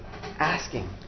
Asking